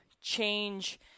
change